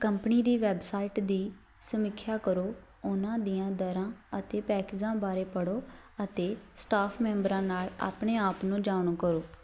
company ਦੀ website ਦੀ ਸਮੀਖਿਆ ਕਰੋ ਉਨ੍ਹਾਂ ਦੀਆਂ ਦਰਾਂ ਅਤੇ ਪੈਕੇਜ਼ਾਂ ਬਾਰੇ ਪੜ੍ਹੋ ਅਤੇ ਸਟਾਫ ਮੈਂਬਰਾਂ ਨਾਲ ਆਪਣੇ ਆਪ ਨੂੰ ਜਾਣੂ ਕਰੋ